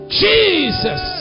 jesus